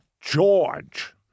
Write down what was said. George